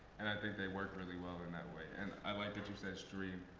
and i think they worked really well in that way. and i like that you said stream,